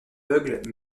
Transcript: aveugle